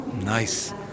Nice